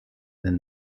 than